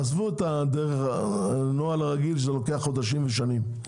עזבו את הנוהל הרגיל שלוקח חודשים ושנים.